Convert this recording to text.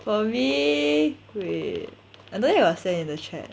for me wait I don't know if it was sent in the chat